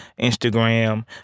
Instagram